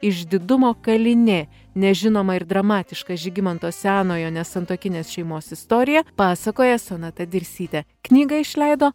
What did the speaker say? išdidumo kalinė nežinomą ir dramatišką žygimanto senojo nesantuokinės šeimos istoriją pasakoja sonata dirsytė knygą išleido